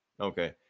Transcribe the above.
okay